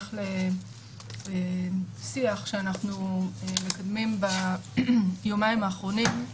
בהמשך לשיח שאנחנו מקדמים ביומיים האחרונים,